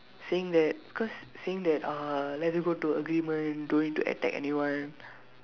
saying that cause saying that uh let them go to agreement don't need to attack anyone